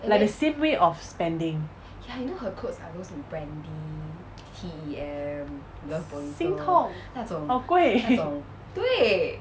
like the same way of spending 心痛好贵